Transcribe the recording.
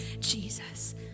Jesus